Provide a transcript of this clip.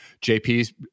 JP